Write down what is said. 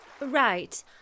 Right